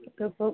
ചുക്കപ്പം